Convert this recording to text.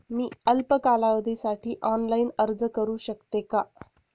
मी अल्प कालावधीसाठी ऑनलाइन अर्ज करू शकते का?